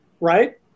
right